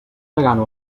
degana